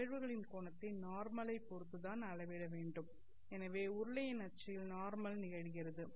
நிகழ்வுகளின் கோணத்தை நார்மல் ஐ பொறுத்து தான் அளவிட வேண்டும் எனவே உருளையின் அச்சில் நார்மல் நிகழ்கிறது